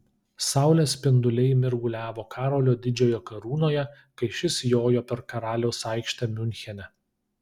saulės spinduliai mirguliavo karolio didžiojo karūnoje kai šis jojo per karaliaus aikštę miunchene